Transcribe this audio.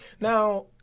Now